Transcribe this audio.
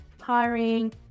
hiring